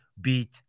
beat